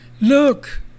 look